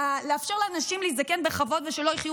לאפשר לאנשים להזדקן בכבוד ושלא יחיו